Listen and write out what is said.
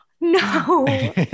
No